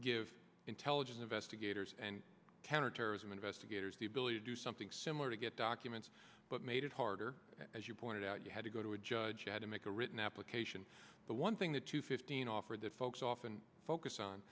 give intelligence investigators and counterterrorism investigators the ability to do something similar to get documents but made it harder as you pointed out you had to go to a judge at a make a written application the one thing the two fifteen offered that folks often focus on